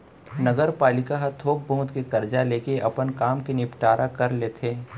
नगरपालिका ह थोक बहुत के करजा लेके अपन काम के निंपटारा कर लेथे